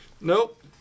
Nope